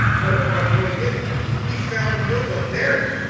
but upon going in we found no one there.